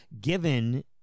given